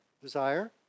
desire